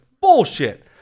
bullshit